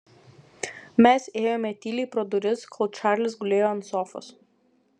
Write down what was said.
mes ėjome tyliai pro duris kol čarlis gulėjo ant sofos